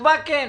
התשובה היא כן.